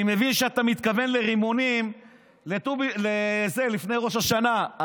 אני מבין שאתה מתכוון לרימונים לפני ראש השנה.